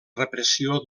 repressió